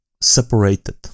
separated